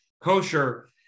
kosher